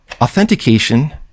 authentication